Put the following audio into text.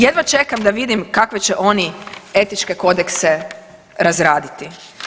Jedva čekam da vidim kakve će oni etičke kodekse razraditi.